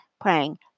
praying